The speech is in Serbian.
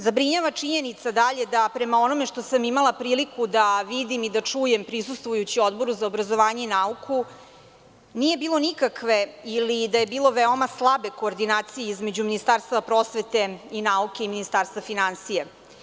Zabrinjava činjenica da, prema onome što sam imala prilikom da vidim i da čujem prisustvujući Odboru za obrazovanje i nauku, nije bilo nikakve ili da je bilo veoma slabe koordinacije između Ministarstva prosvete i nauke i Ministarstva finansija.